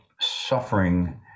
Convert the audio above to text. suffering